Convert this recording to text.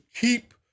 keep